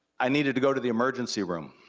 i needed to go to the emergency room.